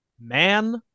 Man